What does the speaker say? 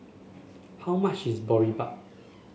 how much is Boribap